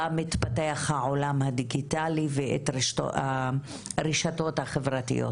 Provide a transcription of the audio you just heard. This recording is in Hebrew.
מתפתח העולם הדיגיטלי והרשתות החברתיות.